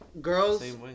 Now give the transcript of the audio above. girls